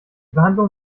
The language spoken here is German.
behandlung